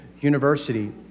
University